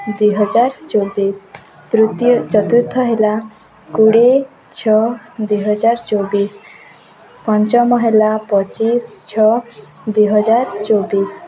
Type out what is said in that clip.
ଦୁଇହଜାର ଚବିଶ ତୃତୀୟ ଚତୁର୍ଥ ହେଲା କୋଡ଼ିଏ ଛଅ ଦୁଇହଜାର ଚବିଶ ପଞ୍ଚମ ହେଲା ପଚିଶ ଛଅ ଦୁଇହଜାର ଚବିଶ